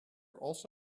also